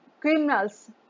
criminals